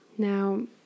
Now